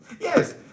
Yes